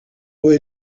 away